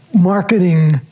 marketing